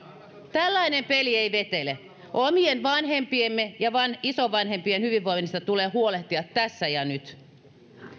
tällainen peli ei vetele omien vanhempiemme ja isovanhempiemme hyvinvoinnista tulee huolehtia tässä ja nyt